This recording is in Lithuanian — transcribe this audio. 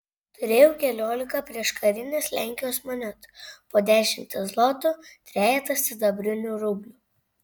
turėjau keliolika prieškarinės lenkijos monetų po dešimtį zlotų trejetą sidabrinių rublių